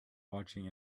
watching